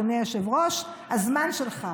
בבקשה, אדוני היושב-ראש, הזמן שלך.